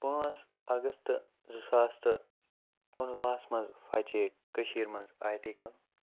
پانٛژھ اَگست زٕ ساس تہٕ کُنوُہ ہَس مَنٛز فَچے کٔشیٖر مَنٛز آٹِکَل